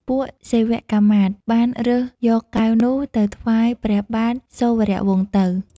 ពួកសេវកាមាត្យ បានរើសយកកែវនោះ ទៅថ្វាយព្រះបាទសូរវង្សទៅ។